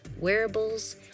wearables